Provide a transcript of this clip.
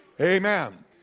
Amen